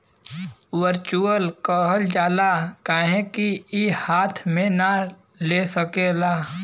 virtual कहल जाला काहे कि ई हाथ मे ना ले सकेला